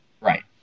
Right